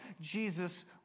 Jesus